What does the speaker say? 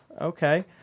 Okay